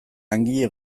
langile